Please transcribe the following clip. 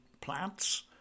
plants